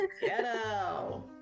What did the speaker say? ghetto